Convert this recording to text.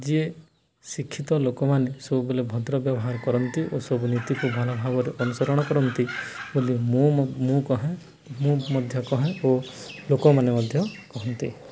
ଯିଏ ଶିକ୍ଷିତ ଲୋକମାନେ ସବୁବେଳେ ଭଦ୍ର ବ୍ୟବହାର କରନ୍ତି ଓ ସବୁ ନୀତିକୁ ଭଲ ଭାବରେ ଅନୁସରଣ କରନ୍ତି ବୋଲି ମୁଁ ମୋ ମୁଁ କହେ ମୁଁ ମଧ୍ୟ କହେ ଓ ଲୋକମାନେ ମଧ୍ୟ କହନ୍ତି